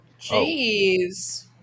Jeez